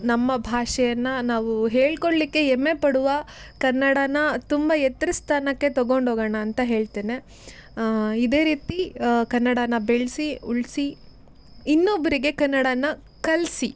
ನಮ್ಮ ಭಾಷೆಯನ್ನು ನಾವು ಹೇಳಿಕೊಳ್ಲಿಕ್ಕೆ ಹೆಮ್ಮೆ ಪಡುವ ಕನ್ನಡನ ತುಂಬ ಎತ್ತರ ಸ್ಥಾನಕ್ಕೆ ತಗೊಂಡು ಹೋಗೋಣ ಅಂತ ಹೇಳ್ತೇನೆ ಇದೇ ರೀತಿ ಕನ್ನಡನ ಬೆಳೆಸಿ ಉಳಿಸಿ ಇನ್ನೊಬ್ಬರಿಗೆ ಕನ್ನಡನ ಕಲಿಸಿ